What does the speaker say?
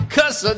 Cause